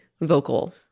vocal